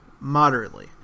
Moderately